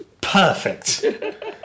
Perfect